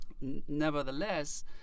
Nevertheless